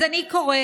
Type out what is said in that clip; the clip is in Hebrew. אז אני קוראת,